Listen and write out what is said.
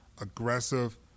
aggressive